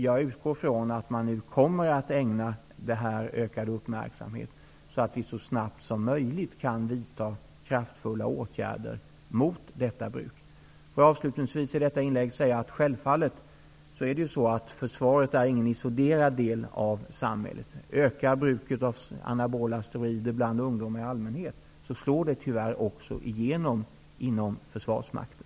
Jag utgår från att man nu kommer att ägna detta ökad uppmärksamhet och att vi så snabbt som möjligt kan vidta kraftfulla åtgäder mot detta bruk. Jag vill avslutningsvis i detta inlägg säga att försvaret självfallet inte är en isolerad del av samhället. Om bruket av anabola steroider ökar bland ungdomar i allmänhet slår det tyvärr också igenom inom försvarsmakten.